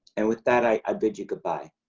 and with that i ah bid you goodbye.